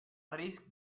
risc